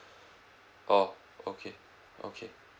oh okay okay